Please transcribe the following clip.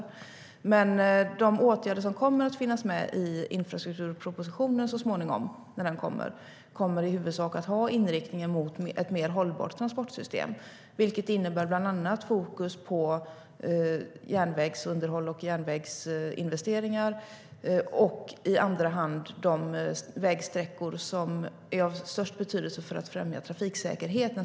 Men de åtgärder som kommer att finnas med i infrastrukturpropositionen så småningom kommer i huvudsak att ha inriktning mot ett mer hållbart transportsystem. Det innebär bland annat fokus på järnvägsunderhåll och järnvägsinvesteringar och i andra hand de vägsträckor som är av störst betydelse för att främja trafiksäkerheten.